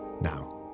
Now